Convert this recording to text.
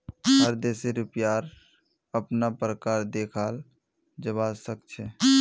हर देशेर रुपयार अपना प्रकार देखाल जवा सक छे